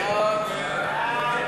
סעיף 5, כהצעת הוועדה,